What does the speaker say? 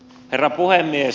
herra puhemies